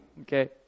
okay